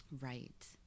Right